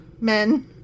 men